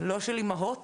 אימהות,